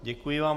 Děkuji vám.